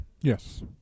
Yes